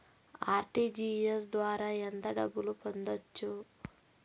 RTGS ద్వారా ఎంత డబ్బు పంపొచ్చు?